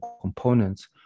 components